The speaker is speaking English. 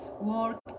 work